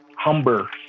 Humber